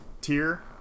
tier